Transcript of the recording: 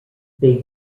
they